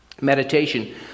meditation